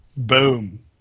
Boom